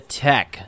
tech